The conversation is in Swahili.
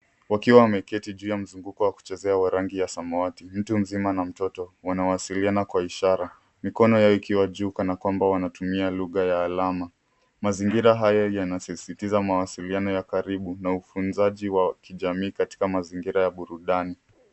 Wakiwa wameketi juu ya mzunguko wa kuchezea wa rangi ya samawati ,mtu mzima na mtoto, wanawasiliana kwa ishara. Mikono yao ikiwa juu kanakwamba wanatumia lugha ya alama. Mazingira hayo yanasisitiza mawasiliano ya karibu na ufunzaji wa kijamii katika mazingira ya burudani.